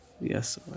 yes